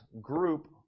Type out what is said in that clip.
group